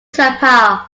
chapel